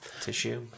tissue